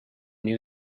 new